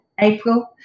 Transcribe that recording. April